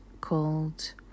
called